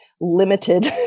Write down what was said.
limited